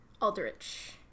Aldrich